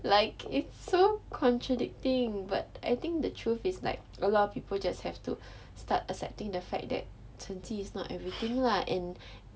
like it's so contradicting but I think the truth is like a lot of people just have to start accepting the fact that 成绩 is not everything lah and